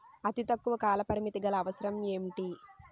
అతి తక్కువ కాల పరిమితి గల అవసరం ఏంటి